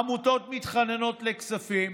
עמותות מתחננות לכספים,